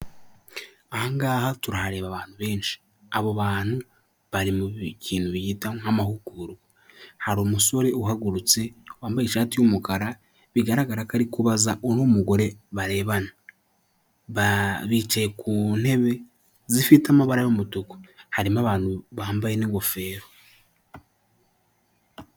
Ahangaha turahareba abantu benshi abo bantu bari mu kintu bita amahugurwa hari umusore uhagurutse wambaye ishati y'umukara bigaragara ko ari kubaza undi mugore barebana bicaye ku ntebe zifite amabara y'umutuku harimo abantu bambaye n'ingofero.